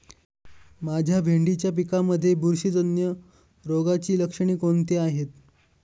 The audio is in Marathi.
माझ्या भेंडीच्या पिकामध्ये बुरशीजन्य रोगाची लक्षणे कोणती आहेत?